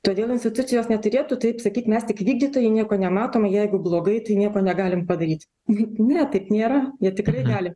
todėl institucijos neturėtų taip sakyt mes tik vykdytojai nieko nematom jeigu blogai tai nieko negalim padaryt juk ne taip nėra jie tikrai gali